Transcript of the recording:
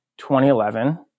2011